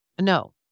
No